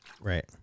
Right